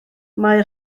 mae